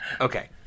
okay